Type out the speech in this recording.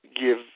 give